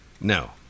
No